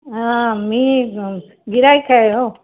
हा मी गिऱ्हाईक आहे हो